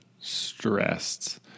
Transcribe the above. stressed